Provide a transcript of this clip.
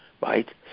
right